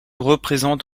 représente